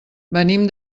venim